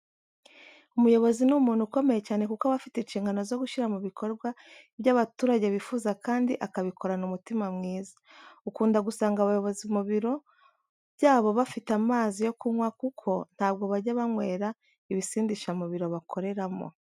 Umuyobozi ni umuntu ukomeye cyane kuko aba afite inshingano zo gushyira mu bikorwa ibyo abaturage bifuza kandi akabikorana umutima mwiza. Ukunda gusanga abayobozi mu biro byabo bafite amazi yo kunywa kuko ntabwo bajya banywera ibisindisha mu biro bakoreramo.